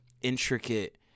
intricate